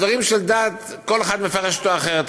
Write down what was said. דברים של דת כל אחד מפרש אחרת.